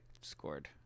scored